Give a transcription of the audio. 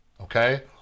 Okay